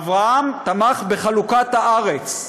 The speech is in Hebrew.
אברהם תמך בחלוקת הארץ.